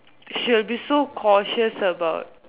she'll be so cautious about